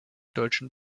deutschen